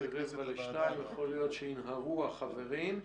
יכול להיות שיגיעו עוד חברים.